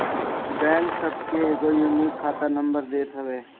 bank सबके एगो unique खाता नंबर देत हवे